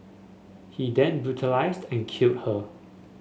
he then brutalised and killed her